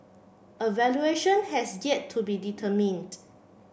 a valuation has yet to be determined